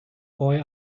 boy